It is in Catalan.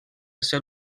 ser